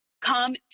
come